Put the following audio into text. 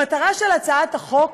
המטרה של הצעת החוק